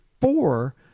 four